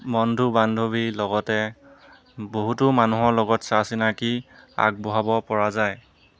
বন্ধু বান্ধৱীৰ লগতে বহুতো মানুহৰ লগত চা চিনাকি আগবঢ়াবপৰা যায়